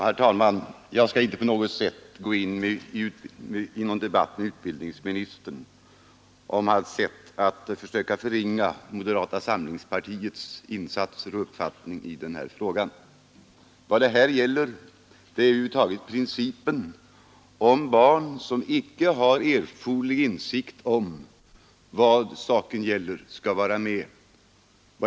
Herr talman! Jag skall inte på något sätt gå in i någon debatt med utbildningsministern om hans sätt att försöka förringa moderata samlingspartiets insatser och uppfattning i det här sammanhanget. Vad min fråga avser är principen: om barn som icke har erforderlig insikt om vad saken gäller skall vara med.